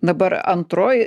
dabar antroj